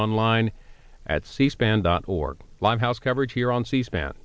online at c span dot org limehouse coverage here on c span